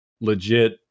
legit